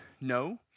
No